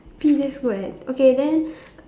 B that's good eh okay then